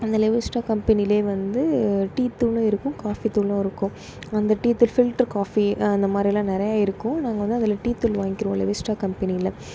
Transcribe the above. அந்த லெவிஸ்டா கம்பெனியில் வந்து டீ தூளும் இருக்கும் காஃபி தூளும் இருக்கும் அந்த டீ தூள் ஃபில்டர் காஃபி அந்தமாதிரிலாம் நிறைய இருக்கும் நாங்கள் வந்து அதில் டீ தூள் வாங்கிக்கிடுவோம் லெவிஸ்டா கம்பெனியில்